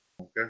Okay